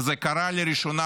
וזה קרה לראשונה